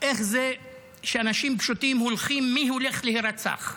איך זה שאנשים פשוטים הולכים, מי הולך להירצח.